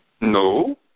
no